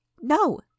No